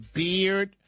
beard